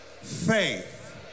faith